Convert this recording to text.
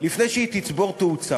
לפני שהיא תצבור תאוצה.